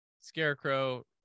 Scarecrow